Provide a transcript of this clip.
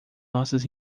nossas